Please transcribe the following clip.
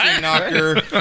Knocker